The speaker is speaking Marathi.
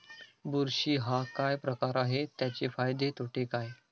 बुरशी हा काय प्रकार आहे, त्याचे फायदे तोटे काय?